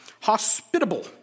Hospitable